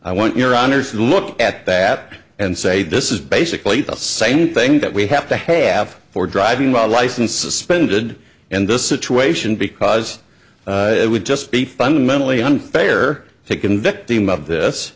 honour's look at that and say this is basically the same thing that we have to have for driving while a license suspended in this situation because it would just be fundamentally unfair to convict him of this